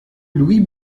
louis